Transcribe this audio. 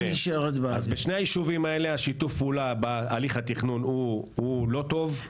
בשני היישובים האלה שיתוף הפעולה בהליך התכנון הוא לא טוב.